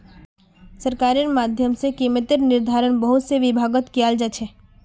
सरकारेर माध्यम से कीमतेर निर्धारण बहुत से विभागत कियाल जा छे